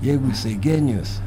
jeigu jisai genijus